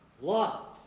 love